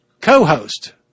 co-host